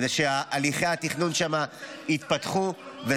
כדי שהליכי התכנון שם יתפתחו ----- להריסות.